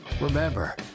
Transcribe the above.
Remember